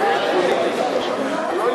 חברת הכנסת שלי יחימוביץ,